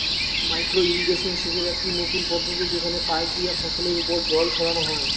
micro irrigation সেচের একটি নতুন পদ্ধতি যেখানে পাইপ দিয়া ফসলের ওপর জল ছড়ানো হয়